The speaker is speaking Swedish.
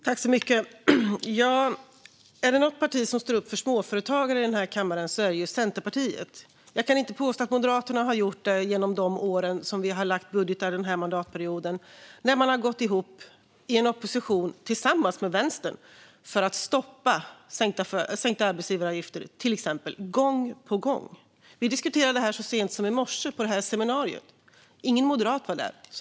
Fru talman! Är det något parti som står upp för småföretagare i den här kammaren är det Centerpartiet. Jag kan inte påstå att Moderaterna har gjort det när vi har lagt fram budgetar den här mandatperioden. Man har gång på gång gått ihop i en opposition tillsammans med Vänstern för att till exempel stoppa sänkta arbetsgivaravgifter. Vi diskuterade det här så sent som i morse på seminariet. Ingen moderat var där.